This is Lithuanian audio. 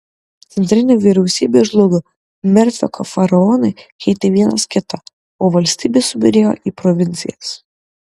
centrinė vyriausybė žlugo merfio faraonai keitė vienas kitą o valstybė subyrėjo į provincijas